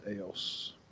else